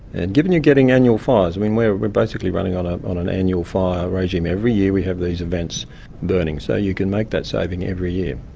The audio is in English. and given you're getting annual fires, i mean, we're basically running on ah on an annual fire regime. every year we have these events burning, so you can make that saving every year.